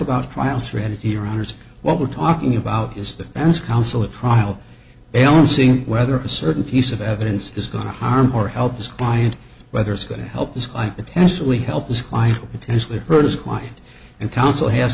about trial strategy or honors what we're talking about is the man's counsel at trial balancing whether a certain piece of evidence is going to harm or help his client whether it's going to help this guy potentially help his client or potentially hurt his client and counsel has